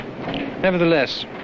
Nevertheless